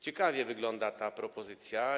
Ciekawie wygląda ta propozycja.